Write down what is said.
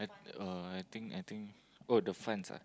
I I think I think oh the funds ah